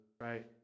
right